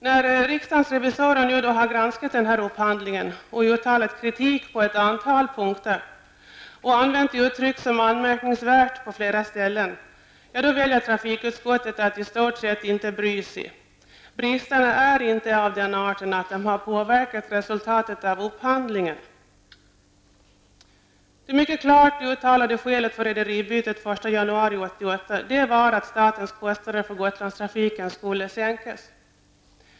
När riksdagens revisorer nu granskat upphandlingen, uttalat kritik på ett antal punkter och använt uttryck som ''anmärkningsvärt'' på flera ställen, väljer trafikutskottet att i stort sett inte bry sig om det. Bristerna är inte av den arten att de påverkat resultatet av upphandlingen. Det mycket klart uttalade skälet för rederibytet den Gotlandstrafiken skulle sänkas.